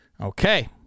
Okay